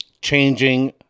changing